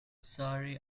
sorry